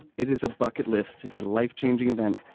it is a bucket list. it's a life changing event.